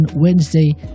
wednesday